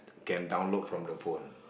get download from the phone